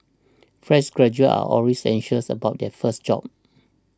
fresh graduates are always anxious about their first job